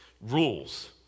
rules